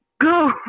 go